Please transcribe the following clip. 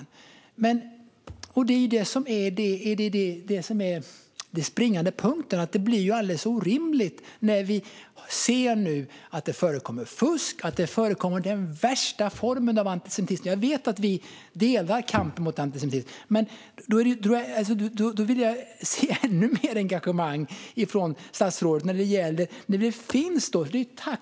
Den springande punkten är att det blir alldeles orimligt när vi nu ser att det förekommer fusk och den värsta formen av antisemitism. Jag vet att vi delar kampen mot antisemitism, men jag vill se ännu mer engagemang från statsrådet.